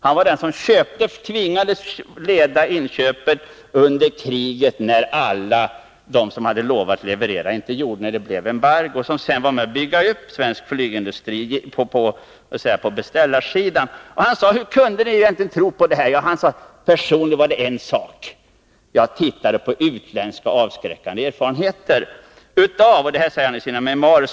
Han var den som tvingades leda inköpen under kriget, när stater som hade lovat att leverera inte gjorde det — bl.a. blev det embargo — och som sedan var med att bygga upp svensk flygindustri på beställarsidan. Han sade: Personligen var det en sak jag gjorde — jag tittade på utländska avskräckande erfarenheter. Det säger han i sina memoarer.